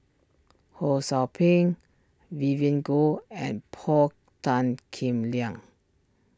Ho Sou Ping Vivien Goh and Paul Tan Kim Liang